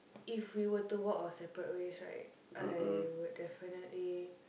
if we were to walk our separate ways right I would definitely